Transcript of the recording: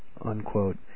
unquote